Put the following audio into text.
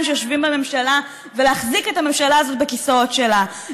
שיושבים בממשלה ולהחזיק את הממשלה הזאת בכיסאות שלה.